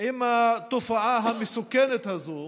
עם התופעה המסוכנת הזאת,